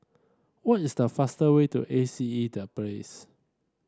what is the fastest way to A C E The Place